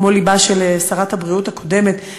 כמו לבה של שרת הבריאות הקודמת.